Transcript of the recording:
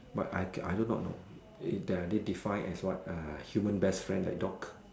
but I I do not know it are they define as what uh human best friend like dog